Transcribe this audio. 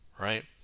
right